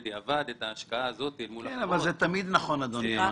זה תמיד נכון.